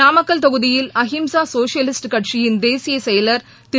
நாமக்கல் தொகுதியில் அஹிம்சா சோஷலிஸ்ட் கட்சியின் தேசிய செயலர் திரு